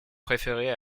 préférée